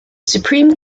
supreme